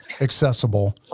accessible